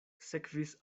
sekvis